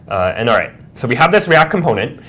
and all right, so we have this react component,